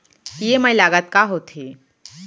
EMI लागत का होथे?